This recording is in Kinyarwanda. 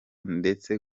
ndetse